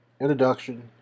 Introduction